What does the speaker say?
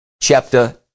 chapter